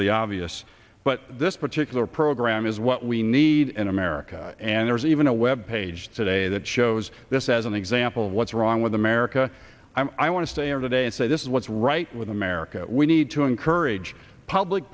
of the obvious but this particular program is what we need in america and there's even a web page today that shows this as an example of what's wrong with america i want to stay of the day and say this is what's right with america we need to encourage public